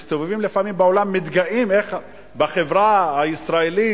מסתובבים לפעמים בעולם ומתגאים איך בחברה הישראלית,